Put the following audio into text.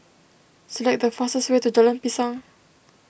select the fastest way to Jalan Pisang